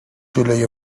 جلوی